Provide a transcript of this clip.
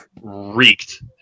reeked